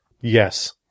Yes